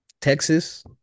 Texas